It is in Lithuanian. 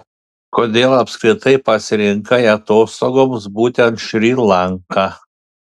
kodėl apskritai pasirinkai atostogoms būtent šri lanką